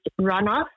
runoff